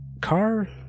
Car